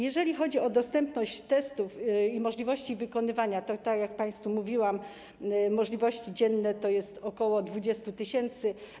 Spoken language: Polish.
Jeżeli chodzi o dostępność testów i możliwości ich wykonywania, to tak jak państwu mówiłam, możliwości dzienne to jest ok. 20 tys.